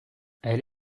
elle